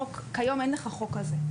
כיום אין לך חוק כזה.